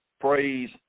praise